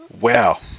Wow